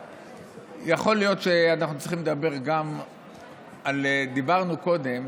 יכול להיות שאנחנו צריכים לדבר גם על, דיברנו קודם